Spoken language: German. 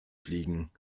fliegen